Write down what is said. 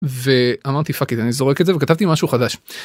ואמרתי פאק יט אני זורק את זה וכתבתי משהו חדש.